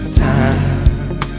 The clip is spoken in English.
time